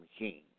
machine